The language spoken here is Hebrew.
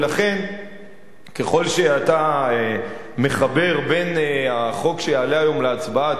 ולכן ככל שאתה מחבר בין החוק שיעלה היום להצבעה,